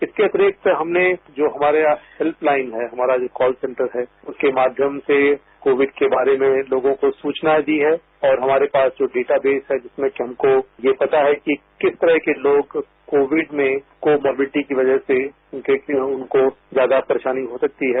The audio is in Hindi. इसके अतिरिक्त हमने जो हमारे हेल्पलाइन है हमारा जो कॉल सेंटर है उसके माध्यम से कोविड के बारे में लोगों को सूचना दी है और हमारे पास जो डेटा बेस है जिसमें कि हमको यह पता है कि किस तरह के लोग कोविड में कोमोबिटी की वजह से उनको ज्यादा परेशानी हो सकती है